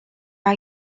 are